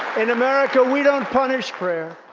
in america, we don't punish prayer.